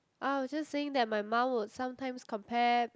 oh I was just saying that my mum would sometimes compare